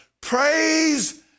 Praise